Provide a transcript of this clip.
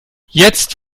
jetzt